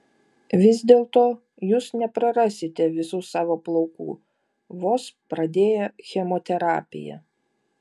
vis dėlto jūs neprarasite visų savo plaukų vos pradėję chemoterapiją